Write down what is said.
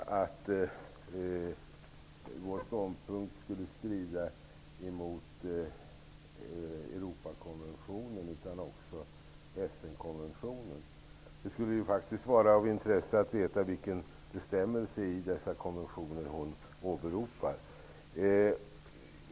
Herr talman! Harriet Colliander gör gällande inte bara att vår ståndpunkt skulle strida mot Europakonventionen utan också mot FN konventionen. Det skulle vara av intresse att veta vilken bestämmelse i dessa konventioner hon åberopar.